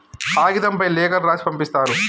కాగితంపై లేఖలు రాసి పంపిస్తారు